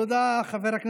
תודה לך.